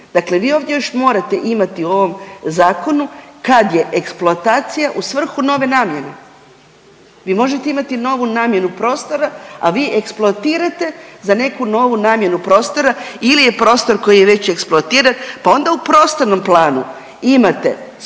Dakle, vi ovdje još morate imati u ovom zakonu kad je eksploatacija u svrhu nove namjene. Vi možete imati novu namjenu prostora, a vi eksploatirate za neku novu namjenu prostora ili je prostor koji je već eksploatiran pa onda u prostornom planu imate sport